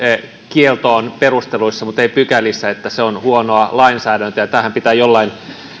kielto on perusteluissa mutta ei pykälissä on huonoa lainsäädäntöä ja tämähän pitää jollain